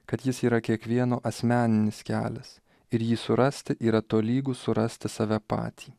kad jis yra kiekvieno asmeninis kelias ir jį surasti yra tolygu surasti save patį